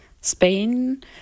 Spain